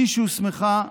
היא שהוסמכה,